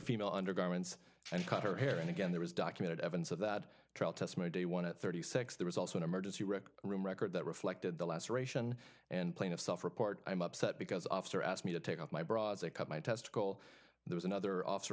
female undergarments and cut her hair and again there is documented evidence of that trial testimony day one at thirty six there was also an emergency rec room record that reflected the laceration in plain of self report i'm upset because officer asked me to take off my bra as they cut my testicle there was another officer